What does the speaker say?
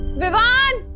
vivaan,